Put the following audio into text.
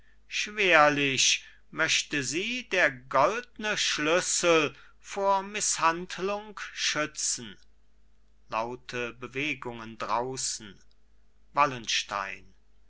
schwerlich möchte sie der goldne schlüssel vor mißhandlung schützen laute bewegungen draußen wallenstein